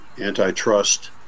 antitrust